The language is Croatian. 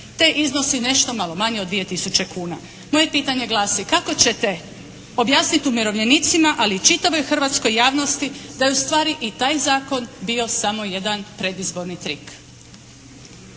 te iznosi nešto malo manje od dvije tisuće kuna. Moje pitanje glasi. Kako ćete objasniti umirovljenicima ali i čitavoj hrvatskoj javnosti da je ustvari i taj zakon bio samo jedan predizborni trik?